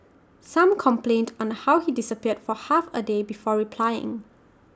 some complained on how he disappeared for half A day before replying